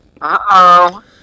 Uh-oh